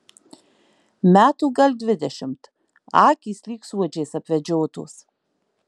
metų gal dvidešimt akys lyg suodžiais apvedžiotos